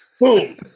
Boom